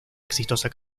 exitosa